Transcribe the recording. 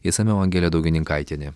išsamiau angelė daugininkaitienė